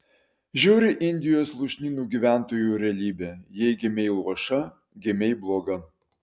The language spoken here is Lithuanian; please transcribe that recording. žiauri indijos lūšnynų gyventojų realybė jei gimei luoša gimei bloga